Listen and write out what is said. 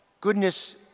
goodness